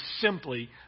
simply